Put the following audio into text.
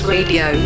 Radio